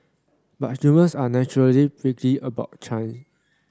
but humans are naturally prickly about change